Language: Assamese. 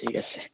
ঠিক আছে